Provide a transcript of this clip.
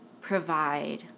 provide